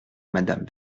madame